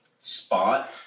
spot